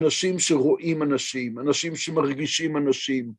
אנשים שרואים אנשים, אנשים שמרגישים אנשים.